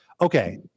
okay